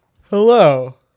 Hello